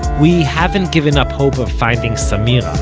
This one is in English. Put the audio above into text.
we haven't given up hope of finding samira,